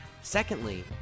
Secondly